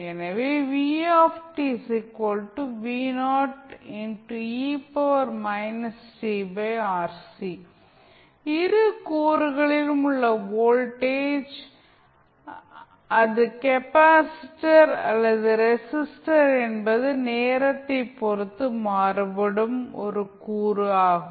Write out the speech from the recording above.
எனவே இரு கூறுகளிலும் உள்ள வோல்டேஜ் அது கெப்பாசிட்டர் அல்லது ரெஸிஸ்டர் என்பது நேரத்தை பொறுத்து மாறுபடும் ஒரு கூறு ஆகும்